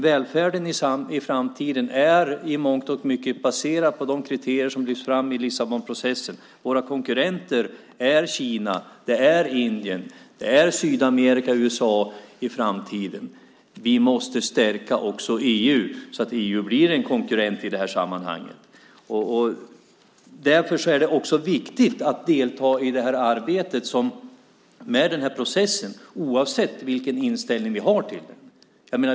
Välfärden i framtiden är i mångt och mycket baserad på de kriterier som lyfts fram i Lissabonprocessen. Våra konkurrenter i framtiden är Kina, Indien, Sydamerika och USA. Vi måste stärka också EU så att EU blir en konkurrent i det här sammanhanget. Därför är det också viktigt att delta i arbetet med processen oavsett vilken inställning vi har till den.